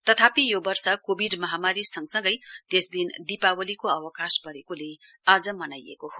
तथापि यो वर्ष कोविड महामारी सँगसँगै त्यसदिन दीपावलीको अवकाश परेकोले आज मनाइएको हो